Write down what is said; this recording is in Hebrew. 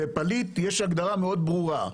לפליט יש הגדרה מאוד ברורה.